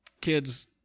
kids